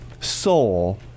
soul